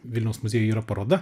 vilniaus muziejuj yra paroda